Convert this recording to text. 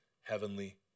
heavenly